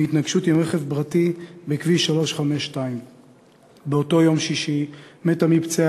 מהתנגשות עם רכב פרטי בכביש 352. באותו יום שישי מתה מפצעיה